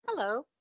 Hello